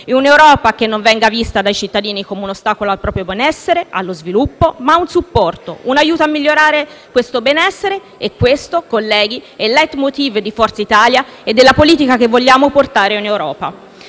Un'Europa che non venga vista dai suoi cittadini come un ostacolo al proprio benessere e allo sviluppo, bensì come un supporto, un aiuto a migliorare questo stesso benessere. E questo, colleghi, è il *leitmotiv* di Forza Italia e della politica che vogliamo portare in Europa.